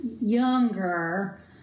younger